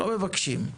לא מבקשים,